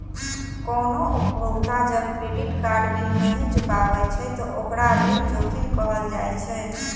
कोनो उपभोक्ता जब क्रेडिट कार्ड बिल नहि चुकाबै छै, ते ओकरा ऋण जोखिम कहल जाइ छै